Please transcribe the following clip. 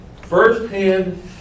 Firsthand